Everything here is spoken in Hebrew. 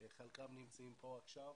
חלקם נמצאים כאן עכשיו.